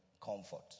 comfort